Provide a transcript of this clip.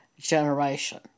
generation